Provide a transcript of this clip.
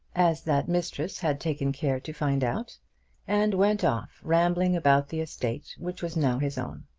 as that mistress had taken care to find out and went off, rambling about the estate which was now his own.